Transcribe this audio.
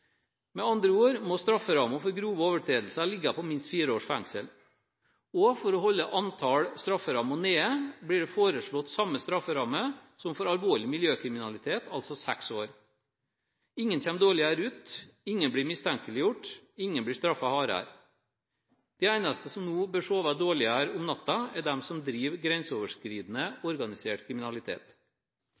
Med andre ord må strafferammen for grove overtredelser ligge på minst fire års fengsel. For å holde antall strafferammer nede blir det foreslått samme strafferamme som for alvorlig miljøkriminalitet, altså seks år. Ingen kommer dårligere ut, ingen blir mistenkeliggjort, ingen blir straffet hardere. De eneste som nå bør sove dårligere om natten, er de som driver grenseoverskridende organisert kriminalitet.